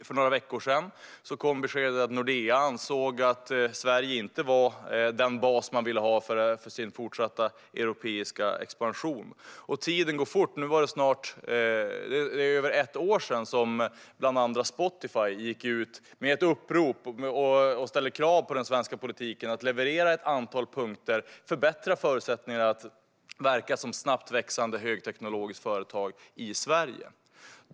För några veckor sedan kom beskedet att Nordea ansåg att Sverige inte var den bas man ville ha för sin fortsatta europeiska expansion. Tiden går fort. Det är över ett år sedan som bland andra Spotify gick ut med ett upprop och ställde krav på den svenska politiken att leverera ett antal punkter och förbättra förutsättningarna att verka som snabbt växande högteknologiskt företag i Sverige.